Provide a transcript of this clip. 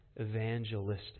evangelistic